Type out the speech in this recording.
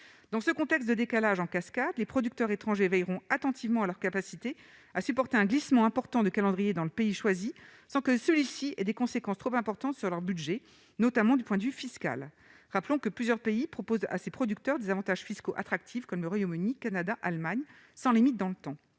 dans ce contexte de décalage en cascade, les producteurs étrangers veillerons attentivement à leur capacité à supporter un glissement important de calendrier dans le pays choisi sans que celui-ci des conséquences trop importantes sur leur budget, notamment du point de vue fiscal rappelons que plusieurs pays propose à ses producteurs des avantages fiscaux attractifs, comme le Royaume-Uni, Canada, Allemagne sans limite dans le temps,